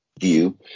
view